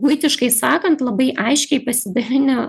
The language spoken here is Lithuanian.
buitiškai sakant labai aiškiai pasidalinę